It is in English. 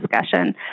discussion